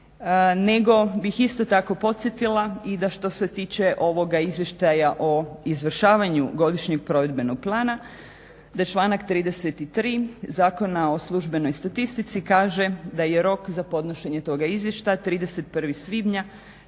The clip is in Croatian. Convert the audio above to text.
nego bih isto tako podsjetila da što se tiče ovoga izvještaja o izvršavanju Godišnjeg provedbenog plana da članak 33. Zakona o službenoj statistici kaže da je rok za podnošenje toga izvještaja 31.svibnja